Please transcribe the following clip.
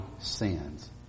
sins